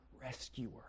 rescuer